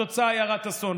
התוצאה היא הרת אסון.